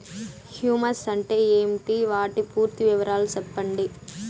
Humus అంటే ఏంటి? వాటి పూర్తి వివరాలు సెప్పండి?